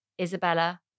Isabella